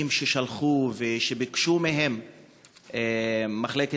המסמכים ששלחו ושביקשו מהם במחלקת